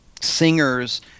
singers